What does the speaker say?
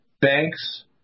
banks